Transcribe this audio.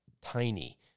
tiny